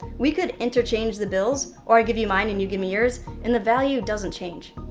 we could interchange the bills, or i give you mine and you give me yours, and the value doesn't change.